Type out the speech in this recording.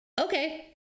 okay